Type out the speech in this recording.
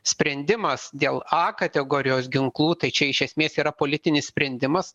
sprendimas dėl a kategorijos ginklų tai čia iš esmės yra politinis sprendimas